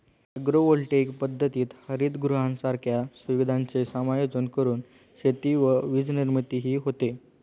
agrovoltaic पद्धतीत हरितगृहांसारख्या सुविधांचे समायोजन करून शेती व वीजनिर्मितीही होते